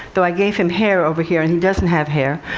though i gave him hair over here and he doesn't have hair.